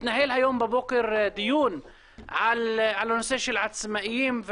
התנהל היום בבוקר דיון על הנושא של עצמאיים,